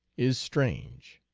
is strange.